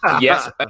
Yes